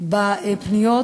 של פניות